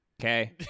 Okay